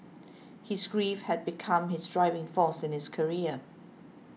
his grief had become his driving force in his career